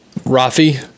Rafi